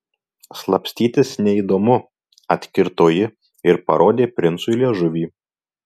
slapstytis neįdomu atkirto ji ir parodė princui liežuvį